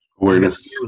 Awareness